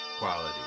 quality